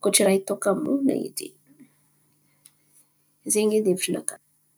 koa tsy raha tôkamonin̈y edy izen̈y ny hevitry nakà.